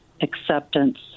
acceptance